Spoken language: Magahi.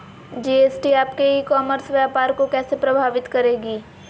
जी.एस.टी आपके ई कॉमर्स व्यापार को कैसे प्रभावित करेगी?